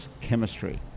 chemistry